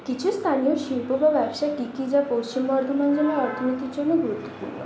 কিছু স্থানীয় শিল্প বা ব্যবসা কী কী যা পশ্চিম বর্ধমান জেলার অর্থনীতির জন্য গুরুত্বপূর্ণ